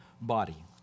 body